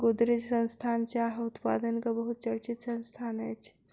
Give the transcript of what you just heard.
गोदरेज संस्थान चाह उत्पादनक बहुत चर्चित संस्थान अछि